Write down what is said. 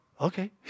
okay